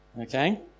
Okay